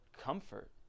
comfort